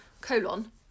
colon